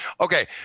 Okay